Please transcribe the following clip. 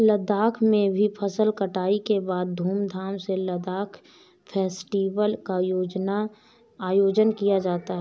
लद्दाख में भी फसल कटाई के बाद धूमधाम से लद्दाख फेस्टिवल का आयोजन किया जाता है